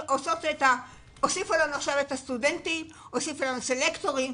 הוסיפו לנו עכשיו סטודנטים וסלקטורים.